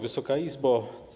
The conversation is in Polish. Wysoka Izbo!